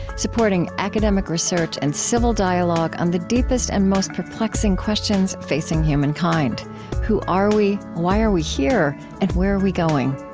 supporting academic research and civil dialogue on the deepest and most perplexing questions facing humankind who are we? why are we here? and where are we going?